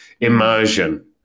immersion